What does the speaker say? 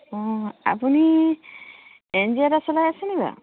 অঁ আপুনি N G O এটা চলাই আছে নেকি বাৰু